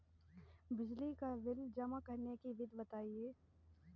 बिजली का बिल जमा करने की विधि बताइए?